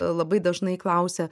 labai dažnai klausia